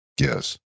Yes